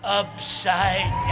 upside